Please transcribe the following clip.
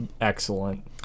excellent